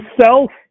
self